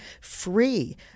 free